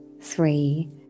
three